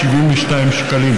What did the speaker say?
3,272 שקלים.